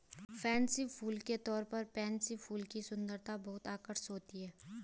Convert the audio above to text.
fancy फूल के तौर पर पेनसी फूल की सुंदरता बहुत आकर्षक होती है